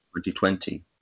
2020